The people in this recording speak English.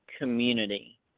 community